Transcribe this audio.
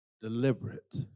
Deliberate